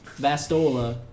Vastola